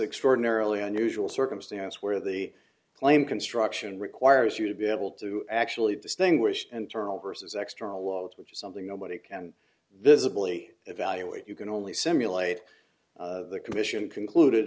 extraordinarily unusual circumstance where the claim construction requires you to be able to actually distinguish and turnovers as extra loads which is something nobody can visibly evaluate you can only simulate the commission concluded